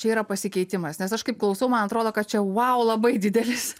čia yra pasikeitimas nes aš kaip klausau man atrodo kad čia vau labai didelis